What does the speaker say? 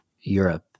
Europe